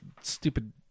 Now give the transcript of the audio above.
stupid